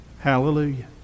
Hallelujah